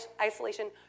isolation